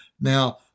Now